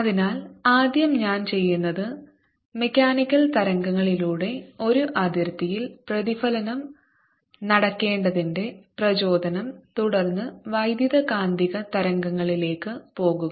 അതിനാൽ ആദ്യം ഞാൻ ചെയ്യുന്നത് മെക്കാനിക്കൽ തരംഗങ്ങളിലൂടെ ഒരു അതിർത്തിയിൽ പ്രതിഫലനം നടക്കേണ്ടതിന്റെ പ്രചോദനം തുടർന്ന് വൈദ്യുതകാന്തിക തരംഗങ്ങളിലേക്ക് പോകുക